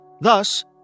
Thus